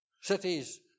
cities